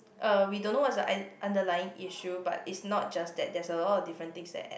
uh we don't know what's the u~ underlying issue but it's not just that there's a lot of different things that add